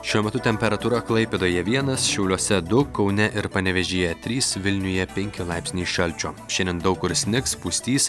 šiuo metu temperatūra klaipėdoje vienas šiauliuose du kaune ir panevėžyje trys vilniuje penki laipsniai šalčio šiandien daug kur snigs pustys